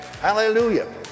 Hallelujah